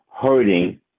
hurting